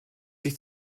sich